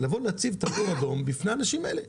לבוא להציב תמרור אדום בפני האנשים האלה.